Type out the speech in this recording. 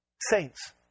saints